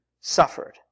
suffered